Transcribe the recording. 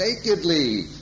nakedly